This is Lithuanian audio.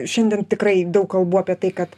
šiandien tikrai daug kalbų apie tai kad